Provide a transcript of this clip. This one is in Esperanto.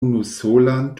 unusolan